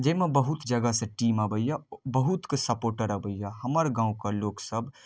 जाहिमे बहुत जगह सऽ टीम अबैया बहुतके सपोर्टर अबैया हमर गाँवके लोकसब